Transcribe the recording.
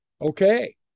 okay